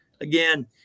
again